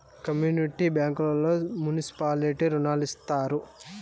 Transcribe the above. community బ్యాంకుల్లో municipality రుణాలు ఇత్తారు